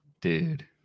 dude